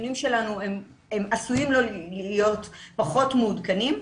הנתונים שלנו עשויים להיות פחות מעודכנים,